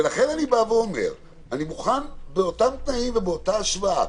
ולכן אני בא ואומר: אני מוכן באותם תנאים ובאותה השוואה.